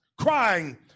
Crying